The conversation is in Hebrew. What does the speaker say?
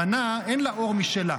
שהלבנה, אין לה אור משלה,